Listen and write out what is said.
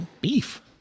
Beef